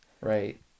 Right